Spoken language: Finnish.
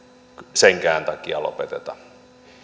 senkään takia lopeteta